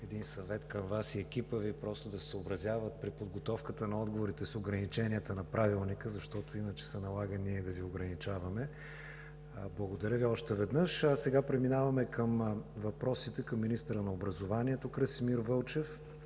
един съвет към Вас и екипа Ви, просто да се съобразяват при подготовката на отговорите с ограниченията на Правилника, защото иначе се налага ние да Ви ограничаваме. Благодаря Ви още веднъж. Сега преминаваме към въпросите към министъра на образованието Красимир Вълчев.